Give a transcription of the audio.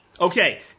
Okay